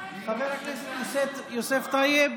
חבר הכנסת יוסף טייב.